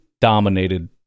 dominated